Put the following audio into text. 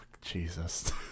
jesus